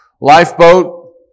lifeboat